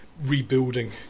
rebuilding